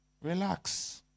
Relax